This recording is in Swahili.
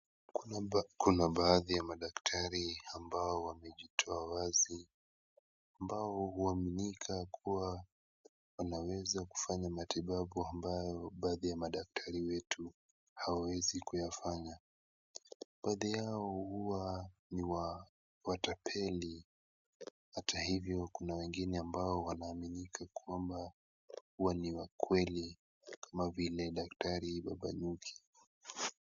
Hapa kuna baadhi ya madaktari ambao wamejitoa wazi ambao huaminika kuwa wana uwezo wa kufanya matibabu ambayo baadhi ya madaktari wetu hawawezi kuyafanya. Baadhi yao huwa ni wamatapeli hata hivyo kuna wengine ambao wanaaminika kwamba kuwa ni wa kweli kama vile daktari Mduba.